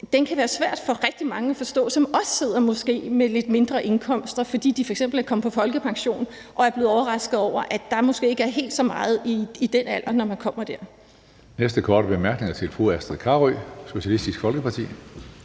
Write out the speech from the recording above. på, kan være svær for rigtig at forstå for mange, som måske også sidder med lidt mindre indkomster, fordi de f.eks. er kommet på folkepension, og som er blevet overrasket over, at der måske ikke er helt så meget, når man er nået